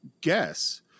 guess